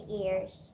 ears